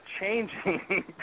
changing